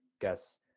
guess